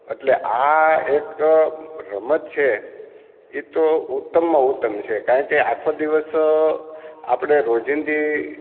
અટલે આ એક રમત છે એ તો ઉત્તમમાં ઉત્તમ છે કારણ કે આખો દિવસ આપણે રોજીંદી